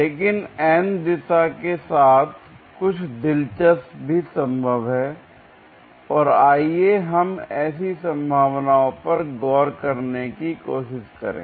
लेकिन n दिशा के साथ कुछ दिलचस्प भी संभव है और आइए हम ऐसी संभावनाओं पर गौर करने की कोशिश करें